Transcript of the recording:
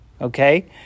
Okay